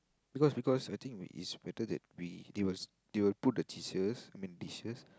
because because I think it's better that we they will they will put the dishes I mean dishes